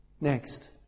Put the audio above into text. Next